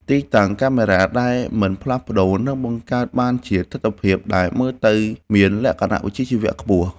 ទីតាំងកាមេរ៉ាដែលមិនផ្លាស់ប្តូរនឹងបង្កើតបានជាទិដ្ឋភាពដែលមើលទៅមានលក្ខណៈវិជ្ជាជីវៈខ្ពស់។